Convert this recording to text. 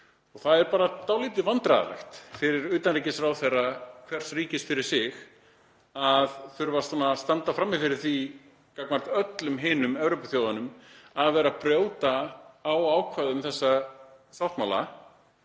Og það er bara dálítið vandræðalegt fyrir utanríkisráðherra hvers ríkis fyrir sig að þurfa að standa frammi fyrir því gagnvart öllum hinum Evrópuþjóðunum að vera að brjóta á ákvæðum þessa sáttmála